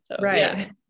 Right